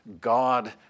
God